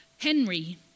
Henry